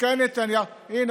תיקי נתניהו יש פה תפירה.